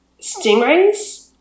stingrays